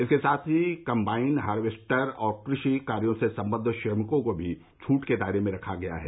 इसके साथ ही कंबाइन हार्वेस्टर और कृषि कार्यों से संबद्ध श्रमिकों को भी छूट के दायरे में रखा गया है